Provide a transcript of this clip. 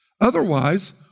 Otherwise